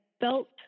felt